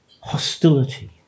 hostility